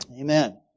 Amen